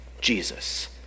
Jesus